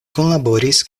kunlaboris